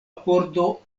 pordo